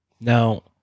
Now